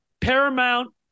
Paramount